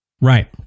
Right